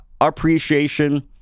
appreciation